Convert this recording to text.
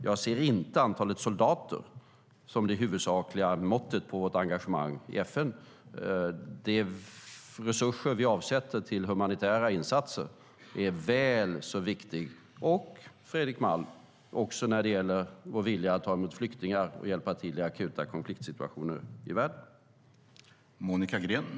Jag ser inte antalet soldater som det huvudsakliga måttet på vårt engagemang i FN. De resurser vi avsätter till humanitära insatser är väl så viktiga, också när det gäller vår vilja att ta emot flyktingar och hjälpa till i akuta konfliktsituationer i världen, Fredrik Malm.